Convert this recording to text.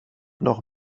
noch